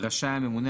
רשאי הממונה,